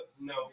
no